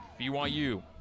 BYU